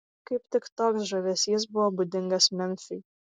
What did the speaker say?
kaip tik toks žavesys buvo būdingas memfiui